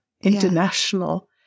international